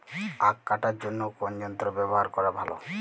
আঁখ কাটার জন্য কোন যন্ত্র ব্যাবহার করা ভালো?